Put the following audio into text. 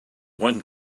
one